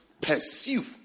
pursue